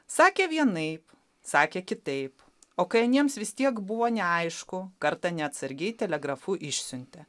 sakė vienaip sakė kitaip o kai aniems vis tiek buvo neaišku kartą neatsargiai telegrafu išsiuntė